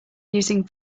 using